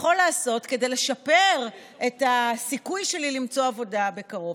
יכול לעשות כדי לשפר את הסיכוי שלי למצוא עבודה בקרוב?